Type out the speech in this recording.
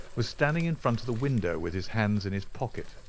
was standing in front of the window with his hands in his pocket,